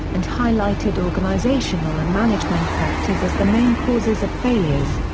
and highlighted organizational and management factors as the main causes of failures.